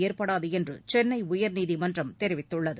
ஏற்படாது என்று சென்னை உயர்நீதிமன்றம் தெரிவித்துள்ளது